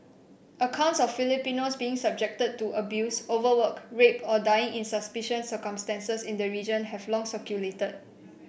accounts of Filipinos being subjected to abuse overwork rape or dying in suspicious circumstances in the region have long circulated